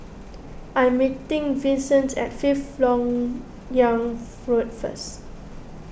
I'm meeting Vicente at Fifth Lok Yang Food first